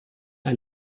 ein